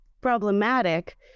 problematic